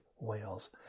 whales